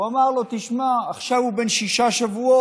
הוא אמר לו: תשמע, עכשיו הוא בן שישה שבועות,